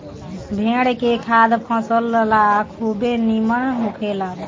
भेड़ के खाद फसल ला खुबे निमन होखेला